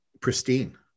pristine